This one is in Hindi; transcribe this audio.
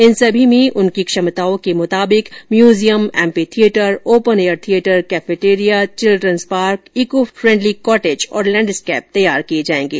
इन सभी में उनकी क्षमताओं के मुताबिक museum MP theatre open air theatre cafeteria children's park eco friendly cottage और लैण्डस्कैप तैयार किए जाएगे